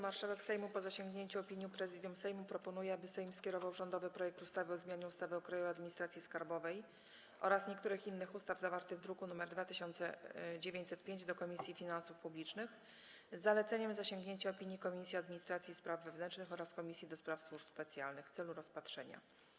Marszałek Sejmu, po zasięgnięciu opinii Prezydium Sejmu, proponuje, aby Sejm skierował rządowy projekt ustawy o zmianie ustawy o Krajowej Administracji Skarbowej oraz niektórych innych ustaw, zawarty w druku nr 2905, do Komisji Finansów Publicznych, z zaleceniem zasięgnięcia opinii Komisji Administracji i Spraw Wewnętrznych oraz Komisji do Spraw Służb Specjalnych, w celu rozpatrzenia.